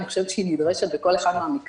אני חושבת שהיא נדרשת בכל אחד מהמקרים.